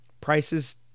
prices